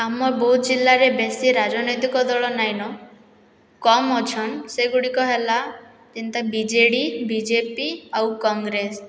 ଆମ ବୌଦ୍ଧ ଜିଲ୍ଲାରେ ବେଶୀ ରାଜନୈତିକ ଦଳ ନାଇଁନ କମ୍ ଅଛନ୍ ସେଗୁଡ଼ିକ ହେଲା ଯିନ୍ତା ବିଜେଡ଼ି ବିଜେପି ଆଉ କଂଗ୍ରେସ